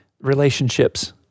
relationships